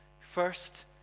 First